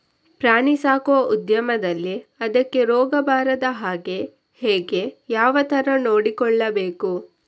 ಪ್ರಾಣಿ ಸಾಕುವ ಉದ್ಯಮದಲ್ಲಿ ಅದಕ್ಕೆ ರೋಗ ಬಾರದ ಹಾಗೆ ಹೇಗೆ ಯಾವ ತರ ನೋಡಿಕೊಳ್ಳಬೇಕು?